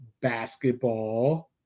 basketball